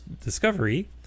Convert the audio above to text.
Discovery